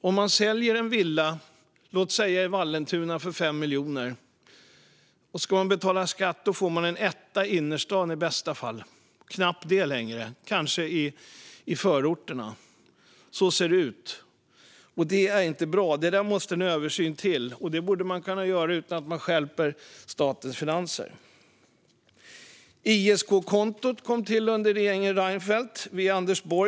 Om man säljer en villa, låt oss säga i Vallentuna, för 5 miljoner och ska betala skatt på det får man i bästa fall en etta i innerstaden för pengarna, eller knappt det längre. Man kanske får en etta i förorterna. Så ser det ut. Det är inte bra, utan här måste en översyn till. Detta borde man kunna göra något åt utan att man stjälper statens finanser. ISK-kontot kom till under regeringen Reinfeldt via Anders Borg.